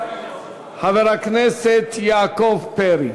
חבר הכנסת יעקב פרי.